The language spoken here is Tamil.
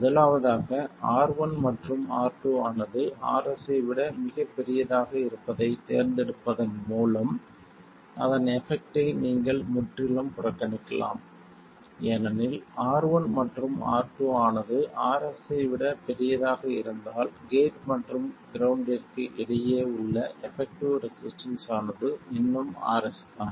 முதலாவதாக R1 மற்றும் R2 ஆனது Rs ஐ விட மிகப் பெரியதாக இருப்பதைத் தேர்ந்தெடுப்பதன் மூலம் அதன் எபெக்ட்டை நீங்கள் முற்றிலும் புறக்கணிக்கலாம் ஏனெனில் R1 மற்றும் R2 ஆனது Rs ஐ விடப் பெரியதாக இருந்தால் கேட் மற்றும் கிரவுண்டிற்கு இடையே உள்ள எபெக்ட்டிவ் ரெசிஸ்டன்ஸ் ஆனது இன்னும் Rs தான்